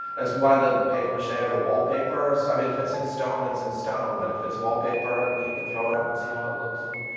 that's why the papier-mache, or the wallpaper, so, i mean, if it's in stone, it's in stone, but if it's wallpaper, you could throw it up, and see how it looks and,